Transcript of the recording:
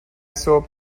صبح